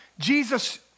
Jesus